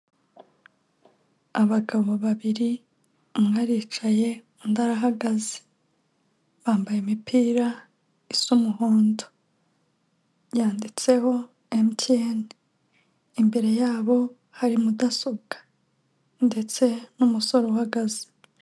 Abagabo babiri umwe aricaye undi arahagaze, bambaye imipira isa umuhondo yanditseho MTN imbere yabo hari mudasobwa ndetse n'umusore uhagaze.